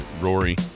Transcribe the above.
Rory